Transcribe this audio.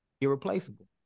irreplaceable